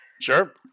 Sure